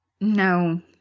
No